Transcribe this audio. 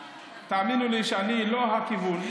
תאמינו לי שאני לא הכיוון,